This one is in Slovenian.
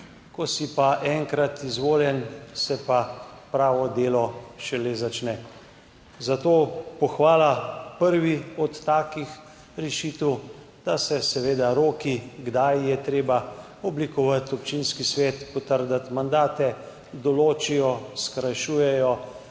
Ko si enkrat izvoljen, se pa pravo delo šele začne. Zato pohvala prvi od takih rešitev, da se seveda roki, kdaj je treba oblikovati občinski svet, potrditi mandate, določijo, skrajšujejo,